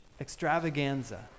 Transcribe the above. extravaganza